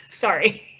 sorry,